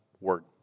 word